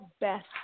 best